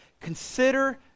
consider